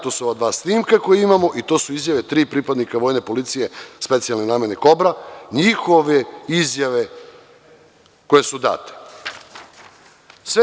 To su ova dva snimka koja imamo i to su izjave tri pripadnika vojne policije, specijalne namene „Kobra„ njihove izjave koje su date.